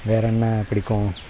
வேறு என்ன பிடிக்கும்